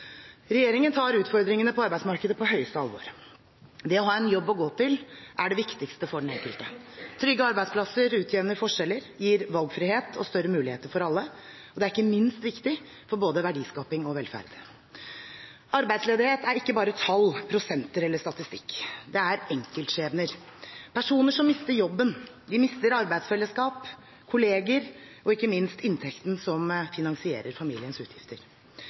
Regjeringen tar utfordringene på arbeidsmarkedet på høyeste alvor. Det å ha en jobb å gå til er viktig for den enkelte. Trygge arbeidsplasser utjevner forskjeller, gir valgfrihet og større muligheter for alle – og det er ikke minst viktig for både verdiskaping og velferd. Arbeidsledighet er ikke bare tall, prosenter eller statistikk. Det er enkeltskjebner, personer som mister jobben. De mister arbeidsfellesskap, kolleger og ikke minst inntekten som finansierer familiens utgifter.